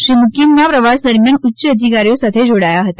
શ્રી મુકિમના પ્રવાસ દરમિયાન ઉચ્ય અધિકારીઓ સાથે જોડાયા હતા